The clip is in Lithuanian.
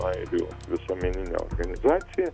airių visuomeninė organizacija